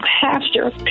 Pastor